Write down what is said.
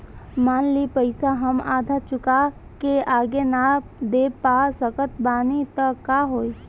मान ली पईसा हम आधा चुका के आगे न दे पा सकत बानी त का होई?